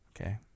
okay